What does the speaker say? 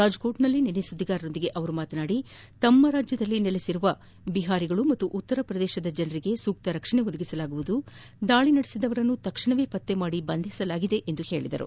ರಾಜ್ಕೋಟ್ನಲ್ಲಿ ನಿನ್ನೆ ಸುದ್ದಿಗಾರರೊಂದಿಗೆ ಮಾತನಾಡಿದ ಅವರು ತಮ್ಮ ರಾಜ್ಯದಲ್ಲಿ ನೆಲೆಸಿರುವ ಬಿಹಾರ ಹಾಗೂ ಉತ್ತರ ಪ್ರದೇಶದ ಜನರಿಗೆ ಸೂಕ್ತ ರಕ್ಷಣೆ ಒದಗಿಸಲಾಗುವುದು ದಾಳಿ ನಡೆಸಿದವರನ್ನು ತಕ್ಷಣವೇ ಪತ್ತೆ ಮಾಡಿ ಬಂಧಿಸಲಾಗಿದೆ ಎಂದು ತಿಳಿಸಿದರು